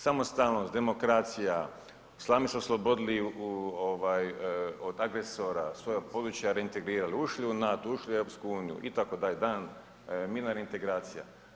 Samostalnost, demokracija, sami se oslobodili od agresora, svoja područja reintegrirali, ušli u NATO, ušli u EU itd., dan mirna reintegracija.